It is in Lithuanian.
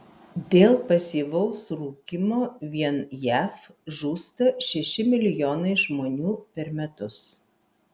dėl pasyvaus rūkymo vien jav žūsta šeši milijonai žmonių per metus